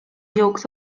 yolks